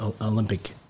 Olympic